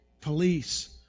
police